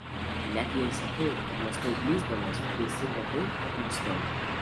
net jei sakau kad mąstau klysdamas teisinga tai kad mąstau